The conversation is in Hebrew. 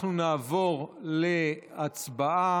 אנחנו נעבור להצבעה.